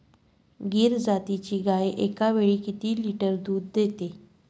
गीर जातीची गाय एकावेळी किती लिटर दूध देते?